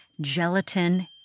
gelatin